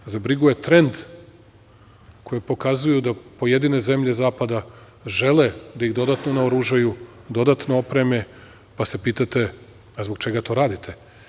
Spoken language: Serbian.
Za brigu je trend koji pokazuju da pojedine zemlje zapada žele da ih dodatno naoružaju, dodatno opreme, pa se pitate - zbog čega to radite?